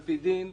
על-פי דין,